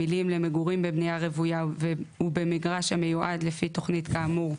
המלים "למגורים בבנייה רוויה ובמגרש המיועד לפי תכנית כאמור"